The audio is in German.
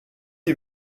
die